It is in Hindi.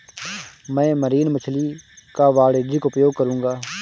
मैं मरीन मछली का वाणिज्यिक उपयोग करूंगा